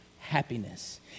happiness